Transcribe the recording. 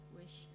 wish